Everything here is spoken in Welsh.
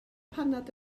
paned